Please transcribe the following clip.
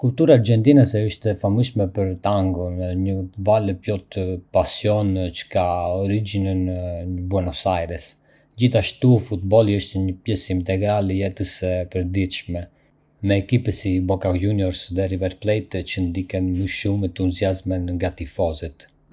Kultura argjentinase është e famshme për tangon, një valle plot pasion që ka origjinën në Buenos Aires. Gjithashtu, futbolli është një pjesë integrale e jetës së përditshme, me ekipe si Boca Juniors dhe River Plate që ndiqen me shumë entuziazëm nga tifozët.